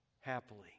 happily